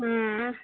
हूँ